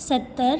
सत्तर